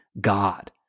God